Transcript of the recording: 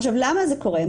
עכשיו למה זה קורה?